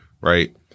right